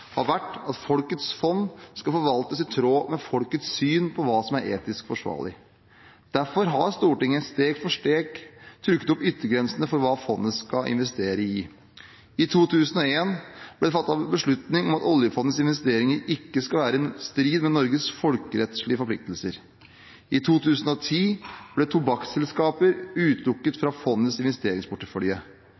har vært at folkets fond skal forvaltes i tråd med folkets syn på hva som er etisk forsvarlig. Derfor har Stortinget steg for steg trukket opp yttergrensene for hva fondet skal investere i. I 2001 ble det fattet beslutning om at oljefondets investeringer ikke skal være i strid med Norges folkerettslige forpliktelser. I 2010 ble tobakksselskaper utelukket fra fondets investeringsportefølje,